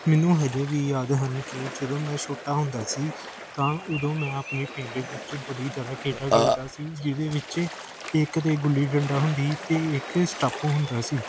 ਮੈਨੂੰ ਅਜੇ ਵੀ ਯਾਦ ਹਨ ਕਿ ਜਦੋਂ ਮੈਂ ਛੋਟਾ ਹੁੰਦਾ ਸੀ ਤਾਂ ਉਦੋਂ ਮੈਂ ਆਪਣੇ ਪਿੰਡ ਵਿੱਚ ਬੜੀ ਜ਼ਿਆਦਾ ਖੇਡਾਂ ਖੇਡਦਾ ਸੀ ਜਿਹਦੇ ਵਿੱਚ ਇੱਕ ਤਾਂ ਗੁੱਲੀ ਡੰਡਾ ਹੁੰਦੀ ਅਤੇ ਇੱਕ ਸਟੱਪੂ ਹੁੰਦਾ ਸੀ